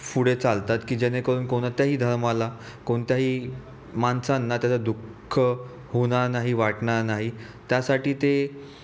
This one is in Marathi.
पुढे चालतात की जेणेकरून कोणत्याही धर्माला कोणत्याही माणसांना त्याचं दुःख होणार नाही वाटणार नाही त्यासाठी ते